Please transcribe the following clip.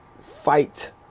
fight